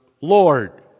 Lord